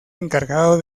encargado